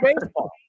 baseball